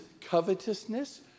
covetousness